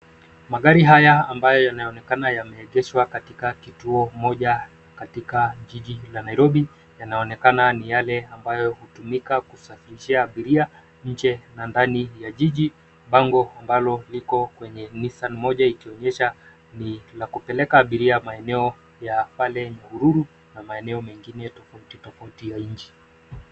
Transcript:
Magari haya ambayo yanaonekana yameegeshwa katika kituo moja katika jiji la Nairobi, yanaonekana ni yale ambayo hutumika kusafirishia abiria, nje na ndani ya jiji. Bango ambalo liko kwenye Nissan moja ikionyesha ni la kupeleka abiria maeneo ya pale Nyahururu na maeneo mengine tofauti, tofauti ya nchi.